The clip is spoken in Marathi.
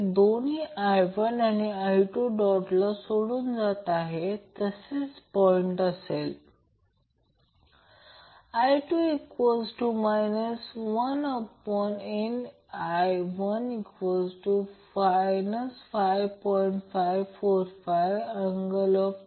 तर L मधील व्होल्टेजचे मग्नित्यूडVL I Lω असेल वेळ 13 39 पहा मग्नित्यूड म्हणजे याचा अर्थ I XL XL चा वेग वाढवत आहे म्हणून XL Lω